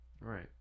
Right